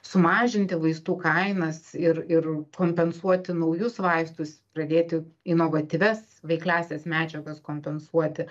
sumažinti vaistų kainas ir ir kompensuoti naujus vaistus pradėti inovatyvias veikliąsias medžiagas kompensuoti